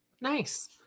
Nice